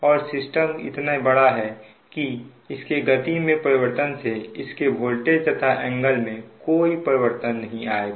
और सिस्टम इतना बड़ा है कि इसके गति में परिवर्तन से इसके वोल्टेज तथा एंगल में कोई परिवर्तन नहीं आएगा